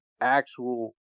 actual